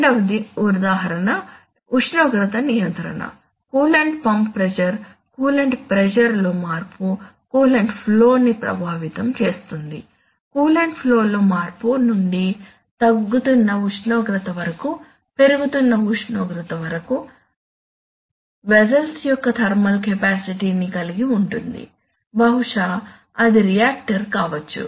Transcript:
రెండవది ఉదాహరణకు ఉష్ణోగ్రత నియంత్రణ coolant pump pressure coolant pressure లో మార్పు కూలంట్ ఫ్లో ని ప్రభావితం చేస్తుంది కూలంట్ ఫ్లో లో మార్పు నుండి తగ్గుతున్న ఉష్ణోగ్రత వరకు పెరుగుతున్న ఉష్ణోగ్రత వరకు వెస్సెల్ యొక్క థర్మల్ కెపాసిటీ ని కలిగి ఉంటుంది బహుశా అది రియాక్టర్ కావచ్చు